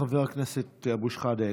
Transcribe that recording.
חבר הכנסת אבו שחאדה,